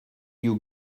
you